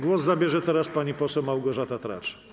Głos zabierze pani poseł Małgorzata Tracz.